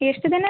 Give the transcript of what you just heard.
ಎಷ್ಟು ದಿನ ರೀ